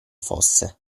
fosse